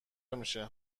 میشه